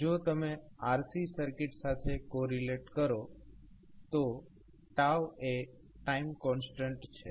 જો તમે RC circuit સાથે કોરિલેટ કરો તો એ ટાઈમ કોન્સ્ટન્ટ છે